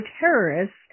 terrorists